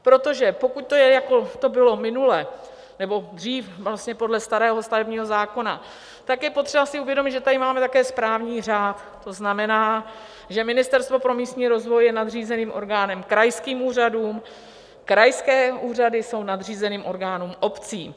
Protože pokud to je, jako to bylo minule, nebo dřív podle starého stavebního zákona, tak je potřeba si také uvědomit, že tady máme také správní řád, to znamená, že Ministerstvo pro místní rozvoj je nadřízeným orgánem krajským úřadům, krajské úřady jsou nadřízené orgány obcím.